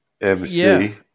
MC